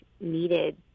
needed